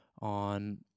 On